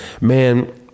man